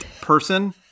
person